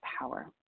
power